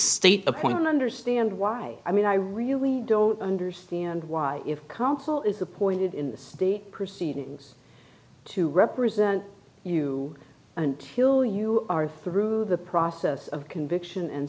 state appointed understand why i mean i really don't understand why if counsel is appointed in this the proceedings to represent you until you are through the process of conviction and